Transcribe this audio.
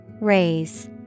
Raise